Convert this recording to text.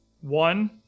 one